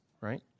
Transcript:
right